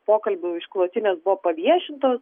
pokalbių išklotinės buvo paviešintos